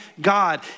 God